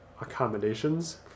accommodations